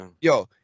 Yo